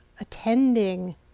attending